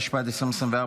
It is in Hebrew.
התשפ"ד 2024,